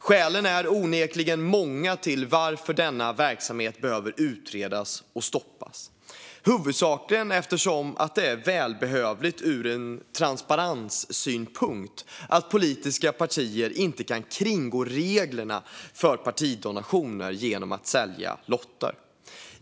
Skälen är onekligen många till att denna verksamhet behöver utredas och stoppas; huvudsakligen är det ur transparenssynpunkt välbehövligt att politiska partier inte kan kringgå reglerna för partidonationer genom att sälja lotter.